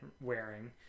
wearing